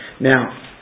Now